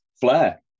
flair